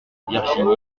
virginie